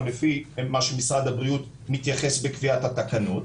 כפי שמשרד הבריאות מתייחס בכפיית התקנות,